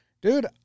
dude